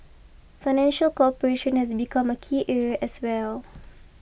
financial cooperation has become a key area as well